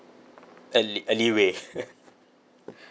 a lee~ a leeway